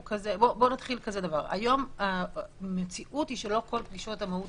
היום המציאות היא שלא כל פגישות המהו"ת